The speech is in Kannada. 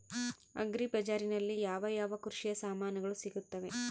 ಅಗ್ರಿ ಬಜಾರಿನಲ್ಲಿ ಯಾವ ಯಾವ ಕೃಷಿಯ ಸಾಮಾನುಗಳು ಸಿಗುತ್ತವೆ?